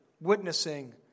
witnessing